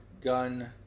gun